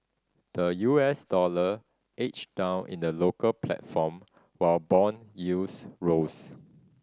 the U S dollar edged down in the local platform while bond yields rose